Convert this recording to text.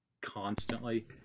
constantly